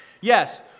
Yes